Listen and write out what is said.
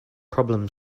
problem